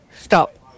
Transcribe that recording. Stop